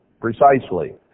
precisely